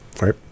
right